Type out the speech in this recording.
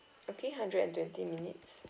okay hundred and twenty minutes